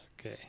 Okay